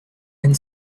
and